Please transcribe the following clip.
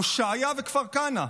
הושעיה וכפר כנא.